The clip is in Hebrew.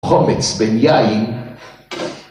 חומץ בן יין